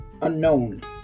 unknown